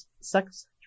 sex